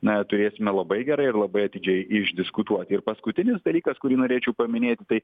na turėsime labai gerai ir labai atidžiai išdiskutuoti ir paskutinis dalykas kurį norėčiau paminėti tai